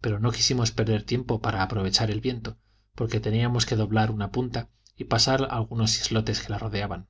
pero no quisimos perder tiempo para aprovechar el viento porque teníamos que doblar una punta y pasar algunos islotes que la rodeaban